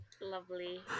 Lovely